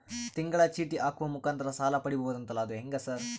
ತಿಂಗಳ ಚೇಟಿ ಹಾಕುವ ಮುಖಾಂತರ ಸಾಲ ಪಡಿಬಹುದಂತಲ ಅದು ಹೆಂಗ ಸರ್?